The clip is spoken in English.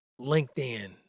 LinkedIn